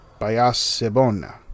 Bayasebona